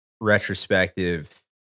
retrospective